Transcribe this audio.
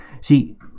See